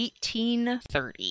1830